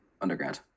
undergrad